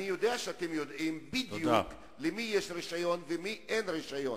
אני יודע שאתם יודעים בדיוק למי יש רשיון ולמי אין רשיון.